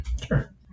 Sure